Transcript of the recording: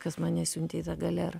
kas mane siuntė į tą galerą